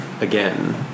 again